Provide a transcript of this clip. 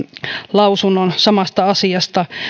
lausunnon samasta asiasta